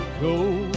go